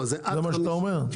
זה מה שאתה אומר?